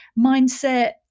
mindset